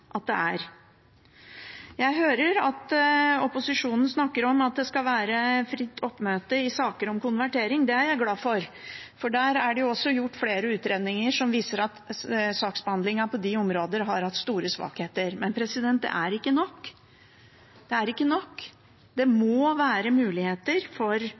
er. Jeg hører at opposisjonen snakker om at det skal være fritt oppmøte i saker om konvertering. Det er jeg glad for, for der er det også gjort flere utredninger som viser at saksbehandlingen på de områdene har hatt store svakheter. Men det er ikke nok – det er ikke nok – det må være mulighet for